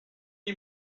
you